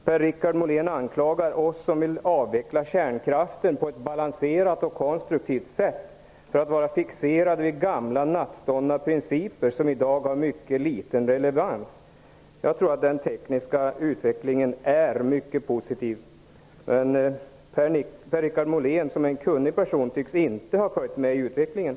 Per-Richard Molén anklagar oss, som vill avveckla kärnkraften på ett balanserat och konstruktivt sätt, för att vara fixerade vid gamla nattståndna principer som i dag har mycket liten relevans. Jag tror att den tekniska utvecklingen är mycket positiv. Per-Richard Molén, som är en kunnig person, tycks dock inte ha följt med i utvecklingen.